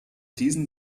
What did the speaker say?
diesen